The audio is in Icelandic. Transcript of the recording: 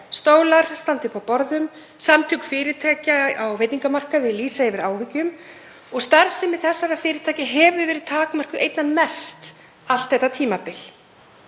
Stólar standa uppi á borðum. Samtök fyrirtækja á veitingamarkaði lýsa yfir áhyggjum og starfsemi þessara fyrirtækja hefur verið takmörkuð einna mest allt þetta tímabil.